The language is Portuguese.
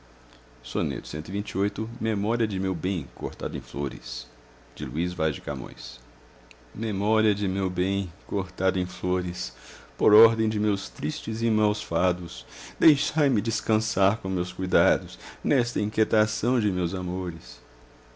e eu porque acabei de vós vencido memória de meu bem cortado em flores por ordem de meus tristes e maus fados deixai-me descansar com meus cuidados nesta inquietação de meus amores